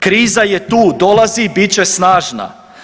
Kriza je tu, dolazi i bit će snažna.